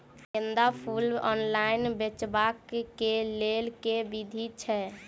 गेंदा फूल ऑनलाइन बेचबाक केँ लेल केँ विधि छैय?